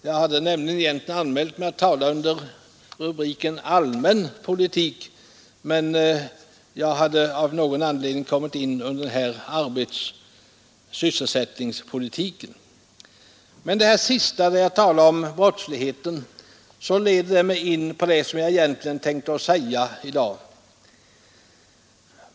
Jag hade nämligen egentligen anmält mig att tala under rubriken allmän politik, men jag hade av någon anledning kommit in under sysselsättningspolitiken. Men när jag nu talar om brottsligheten leder det mig in på det som jag egentligen tänkte säga i dag.